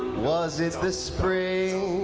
was it the spring,